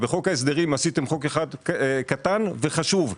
בחוק ההסדרים עשיתם חוק אחד קטן וחשוב,